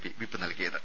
P whip നൽകിയത്